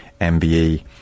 MBE